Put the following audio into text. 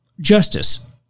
justice